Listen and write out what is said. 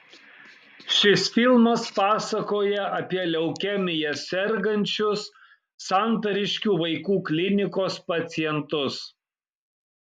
šis filmas pasakoja apie leukemija sergančius santariškių vaikų klinikos pacientus